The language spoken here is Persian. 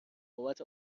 بابت